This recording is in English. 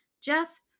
jeff